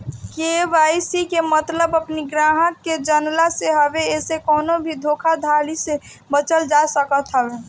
KYC के मतलब अपनी ग्राहक के जनला से हवे एसे कवनो भी धोखाधड़ी से बचल जा सकत हवे